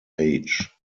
age